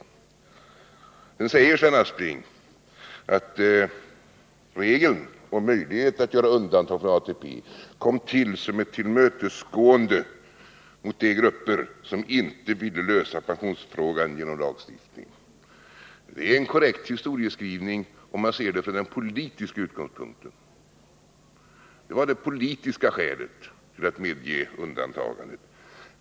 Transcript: Sedan säger Sven Aspling att regeln om möjlighet att göra undantag för ATP kom till som ett tillmötesgående mot de grupper som inte ville lösa pensionsfrågan genom lagstiftning. Det är en korrekt historieskrivning, om man ser det från den politiska utgångspunkten. Det var det politiska skälet till att medge undantag.